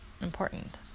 important